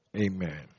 Amen